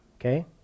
okay